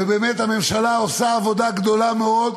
ובאמת הממשלה עושה עבודה גדולה מאוד,